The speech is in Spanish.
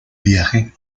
viaje